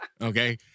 Okay